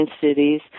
cities